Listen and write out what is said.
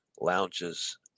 lounges